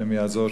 ה' יעזור,